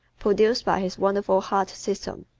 produced by his wonderful heart system.